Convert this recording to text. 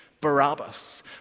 Barabbas